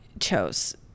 chose